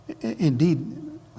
Indeed